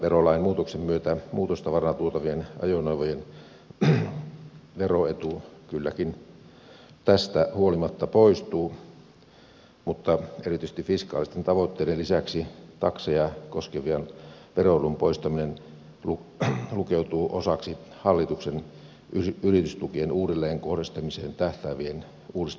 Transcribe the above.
ajoneuvoverolain muutoksen myötä muuttotavarana tuotavien ajoneuvojen veroetu kylläkin tästä huolimatta poistuu mutta erityisesti fiskaalisten tavoitteiden lisäksi takseja koskevan veroedun poistaminen lukeutuu osaksi hallituksen yritystukien uudelleen kohdistamiseen tähtääviä uudistuksia